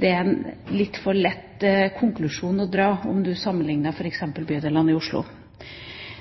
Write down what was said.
Det er en litt for lett konklusjon å trekke om du sammenligner f.eks. bydelene i Oslo.